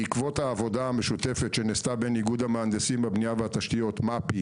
בעקבות העבודה המשותפת שנעשתה בין איגוד המהנדסים בבנייה ותשתיות מפ"י